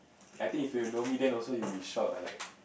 I think if you know me then also you will shock ah like